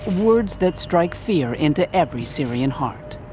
words that strike fear into every syrian heart.